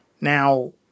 Now